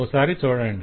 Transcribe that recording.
ఒక సారి చూడండి